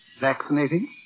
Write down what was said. Vaccinating